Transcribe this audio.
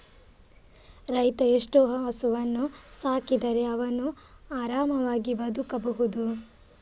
ರೈತ ಎಷ್ಟು ಹಸುವನ್ನು ಸಾಕಿದರೆ ಅವನು ಆರಾಮವಾಗಿ ಬದುಕಬಹುದು?